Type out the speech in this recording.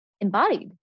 embodied